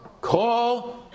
call